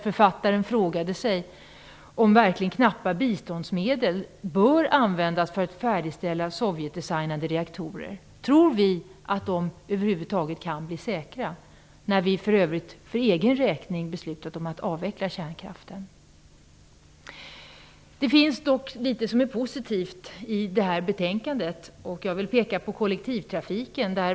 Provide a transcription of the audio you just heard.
Författaren frågade om knappa biståndsmedel verkligen bör användas för att färdigställa Sovjetdesignade reaktorer. Tror vi att de över huvud taget kan bli säkra när vi för övrigt för egen räkning beslutat om att avveckla kärnkraften? Det finns dock i detta betänkande litet grand som är positivt. Jag vill då peka på kollektivtrafiken.